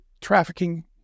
trafficking